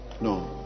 no